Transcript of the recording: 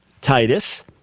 Titus